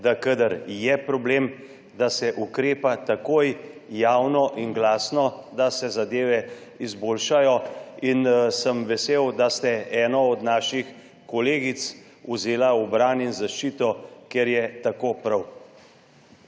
kadar je problem, da se ukrepa takoj, javno in glasno, da se zadeve izboljšajo. Vesel sem, da ste eno od naših kolegic vzeli v bran in zaščito, ker je tako prav.